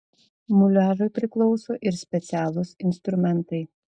muliažui priklauso ir specialūs instrumentai